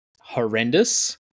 horrendous